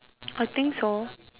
I think so